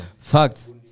Facts